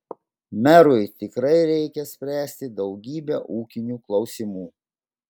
merui tikrai reikia spręsti daugybę ūkinių klausimų